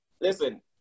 Listen